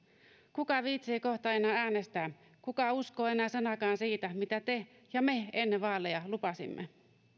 kuka viitsii kohta enää äänestää kuka uskoo enää sanaakaan siitä mitä te ja me ennen vaaleja lupasimme